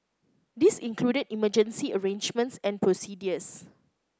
this included emergency arrangements and procedures